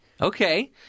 Okay